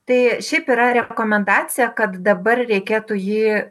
tai šiaip yra rekomendacija kad dabar reikėtų jį